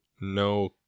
no